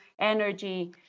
energy